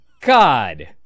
God